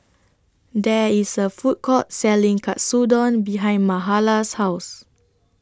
There IS A Food Court Selling Katsudon behind Mahala's House